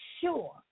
sure